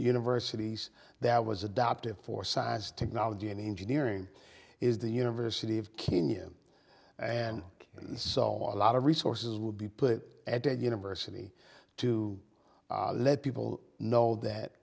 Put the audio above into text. universities that was adopted for size technology and engineering is the university of kenya and and so on a lot of resources will be put at the university to let people know that